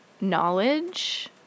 knowledge